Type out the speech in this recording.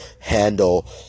handle